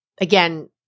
again